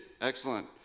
Excellent